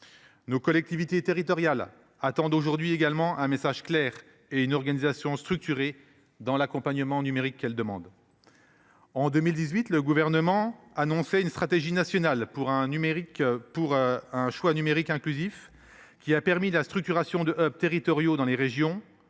Nos collectivités territoriales attendent aujourd’hui également un message clair et une organisation structurée dans l’accompagnement numérique qu’elles demandent. En 2018, le Gouvernement annonçait une stratégie nationale pour un numérique inclusif, qui a permis la structuration de territoriaux dans les régions,